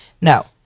no